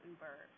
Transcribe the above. Uber